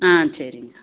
ஆ சரிங்க